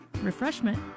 refreshment